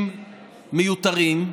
הם מיותרים.